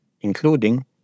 including